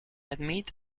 admit